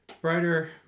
brighter